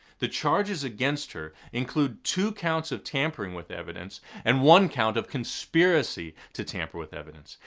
the charges against her include two counts of tampering with evidence and one count of conspiracy to tamper with evidence.